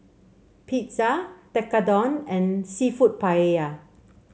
Pizza Tekkadon and seafood Paella